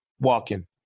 walking